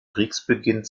kriegsbeginn